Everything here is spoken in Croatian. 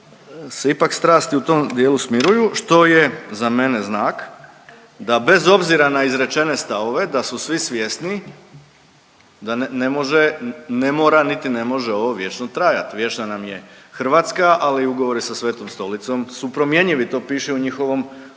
se ipak strasti u tom dijelu smiruju, što je za mene znak da bez obzira na izrečene stavove, da su svi svjesni da ne može, ne mora niti ne može ovo vječno trajat, vječna nam je Hrvatska, ali ugovori sa Svetom Stolicom su promjenjivi, to piše u njihovom, uostalom